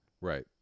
Right